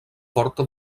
porta